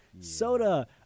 soda